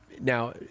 Now